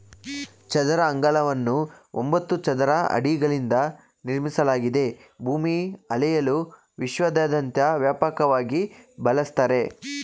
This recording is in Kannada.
ಚದರ ಅಂಗಳವನ್ನು ಒಂಬತ್ತು ಚದರ ಅಡಿಗಳಿಂದ ನಿರ್ಮಿಸಲಾಗಿದೆ ಭೂಮಿ ಅಳೆಯಲು ವಿಶ್ವದಾದ್ಯಂತ ವ್ಯಾಪಕವಾಗಿ ಬಳಸ್ತರೆ